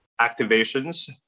activations